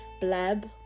blab